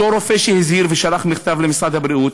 אותו רופא שהזהיר ושלח מכתב למשרד הבריאות,